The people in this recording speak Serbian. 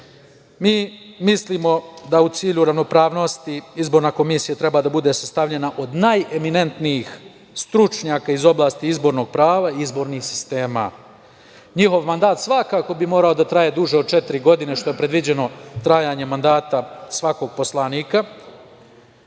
Mi mislimo da u cilju ravnopravnosti izborna komisija treba da bude sastavljena od najeminentnijih stručnjaka iz oblasti izbornog prava i izbornih sistema. Njihov mandat svakako bi morao da traje duže od četiri godine, što je predviđeno trajanje mandata svakog poslanika.